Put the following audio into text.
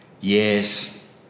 Yes